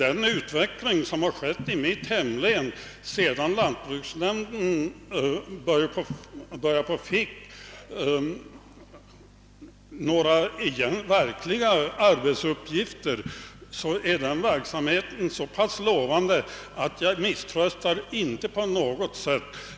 Den utveckling som har skett i mitt hemlän sedan lantbruksnämnden fick några verkliga arbetsuppgifter är så pass lovande, att jag inte på något sätt misströstar.